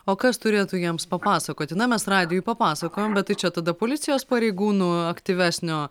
o kas turėtų jiems papasakoti na mes radijuj papasakojom bet tai čia tada policijos pareigūnų aktyvesnio